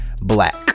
black